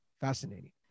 fascinating